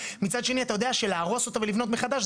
ומצד שני אתה יודע שלהרוס אותו ולבנות אותו מחדש,